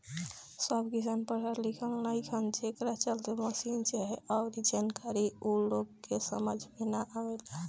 सब किसान पढ़ल लिखल नईखन, जेकरा चलते मसीन चाहे अऊरी जानकारी ऊ लोग के समझ में ना आवेला